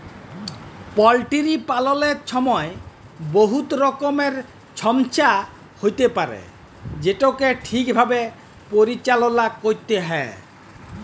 poultry পাললের ছময় বহুত রকমের ছমচ্যা হ্যইতে পারে যেটকে ঠিকভাবে পরিচাললা ক্যইরতে হ্যয়